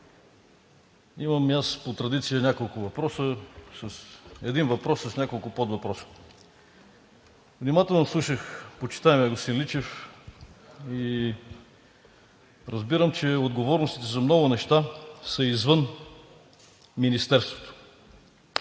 Имам и аз по традиция няколко въпроса – един въпрос с няколко подвъпроса. Внимателно слушах почитаемия господин Личев и разбирам, че отговорностите за много неща са извън Министерството.